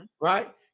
right